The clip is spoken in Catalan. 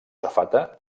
safata